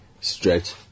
stretch